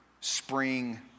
spring